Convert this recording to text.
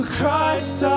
Christ